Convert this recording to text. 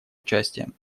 участием